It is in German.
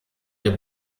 der